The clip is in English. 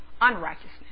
unrighteousness